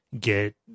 get